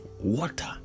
water